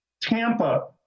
Tampa